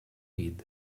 reed